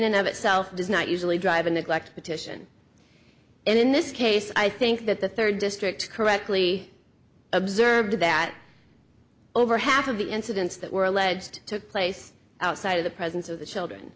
and of itself does not usually drive in they'd like to petition and in this case i think that the third district correctly observed that over half of the incidents that were alleged took place outside of the presence of the children